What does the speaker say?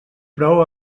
prou